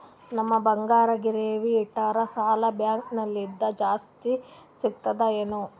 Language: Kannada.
ನಮ್ ಬಂಗಾರ ಗಿರವಿ ಇಟ್ಟರ ಸಾಲ ಬ್ಯಾಂಕ ಲಿಂದ ಜಾಸ್ತಿ ಸಿಗ್ತದಾ ಏನ್?